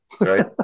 right